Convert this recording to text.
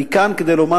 אני כאן כדי לומר,